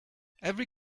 every